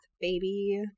baby